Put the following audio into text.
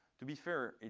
to be fair,